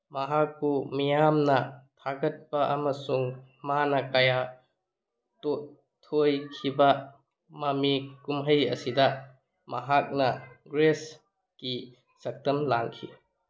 ꯃꯍꯥꯛꯄꯨ ꯃꯤꯌꯥꯝꯅ ꯊꯥꯒꯠꯄ ꯑꯃꯁꯨꯡ ꯃꯥꯅ ꯀꯌꯥ ꯊꯣꯏꯈꯤꯕ ꯃꯃꯤ ꯀꯨꯝꯍꯩ ꯑꯁꯤꯗ ꯃꯍꯥꯛꯅ ꯒ꯭ꯔꯦꯁꯀꯤ ꯁꯛꯇꯝ ꯂꯥꯡꯈꯤ